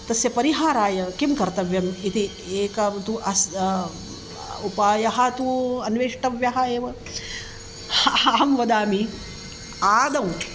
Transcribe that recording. तस्य परिहाराय किं कर्तव्यम् इति एकं तु अस्य उपायः तु अन्वेष्टव्यः एव हा हा अहं वदामि आदौ